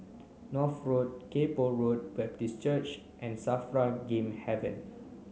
North Road Kay Poh Road Baptist Church and SAFRA Game Haven